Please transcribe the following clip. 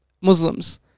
Muslims